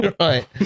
Right